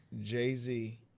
Jay-Z